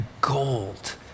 gold